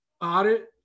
audit